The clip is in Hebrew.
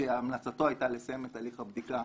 שהמלצתו היתה לסיים את תהליך הבדיקה